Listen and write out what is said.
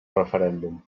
referèndum